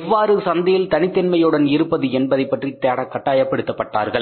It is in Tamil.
எவ்வாறு சந்தையில் தனித்தன்மையுடன் இருப்பது என்பதைப்பற்றி தேட கட்டாயப்படுத்தப்பட்டார்கள்